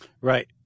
Right